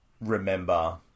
Remember